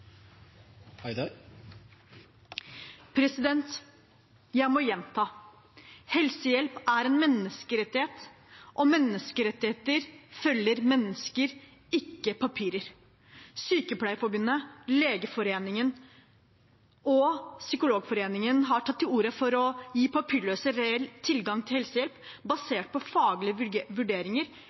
en menneskerettighet, og menneskerettigheter følger mennesker, ikke papirer. Sykepleierforbundet, Legeforeningen og Psykologforeningen har tatt til orde for å gi papirløse reell tilgang til helsehjelp, basert på faglige vurderinger,